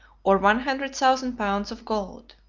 or one hundred thousand pounds of gold.